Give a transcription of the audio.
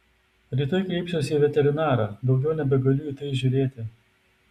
rytoj kreipsiuosi į veterinarą daugiau nebegaliu į tai žiūrėti